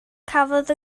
cafodd